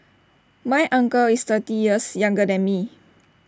my uncle is thirty years younger than me